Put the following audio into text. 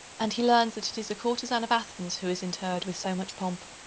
and he learns that it is a courtezan of athens who is interred with so much pomp.